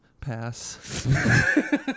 Pass